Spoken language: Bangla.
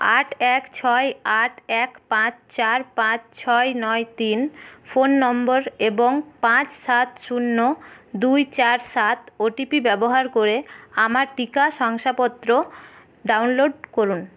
আট এক ছয় আট এক পাঁচ চার পাঁচ ছয় নয় তিন ফোন নম্বর এবং পাঁচ সাত শূন্য দুই চার সাত ওটিপি ব্যবহার করে আমার টিকা শংসাপত্র ডাউনলোড করুন